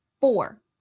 Four